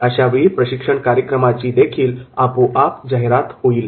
अशाप्रकारे प्रशिक्षण कार्यक्रमाचीदेखील जाहिरात होईल